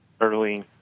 early